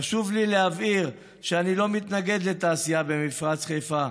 חשוב לי להבהיר שאני לא מתנגד לתעשייה במפרץ חיפה.